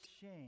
shame